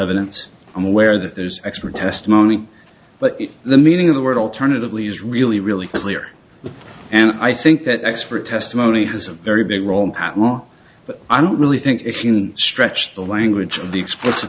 evidence i'm aware that there's expert testimony but the meaning of the word alternatively is really really clear and i think that expert testimony has a very big role at law but i don't really think it's a stretch the language of the explicit